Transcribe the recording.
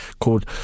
called